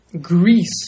Greece